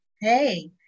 Hey